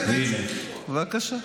בבקשה.